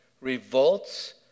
revolts